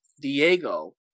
Diego